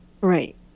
Right